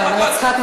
זה לא על החשבון